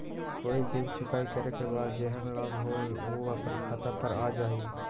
कोई बिल चुकाई करे के बाद जेहन लाभ होल उ अपने खाता पर आ जाई?